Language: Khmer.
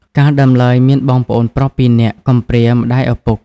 កាលដើមឡើយ មានបងប្អូនប្រុសពីរនាក់ កំព្រាម្តាយឪពុក។